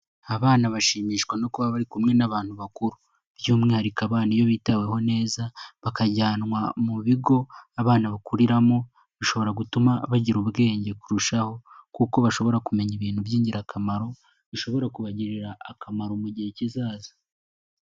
Abana bashimishwa no kuba bari kumwe n'abantu bakuru, by'umwihariko abana iyo bitaweho neza bakajyanwa mu bigo abana bakuriramo bishobora gutuma bagira ubwenge kurushaho, kuko bashobora kumenya ibintu by'ingirakamaro bishobora kubagirira akamaro mu gihe kizaza.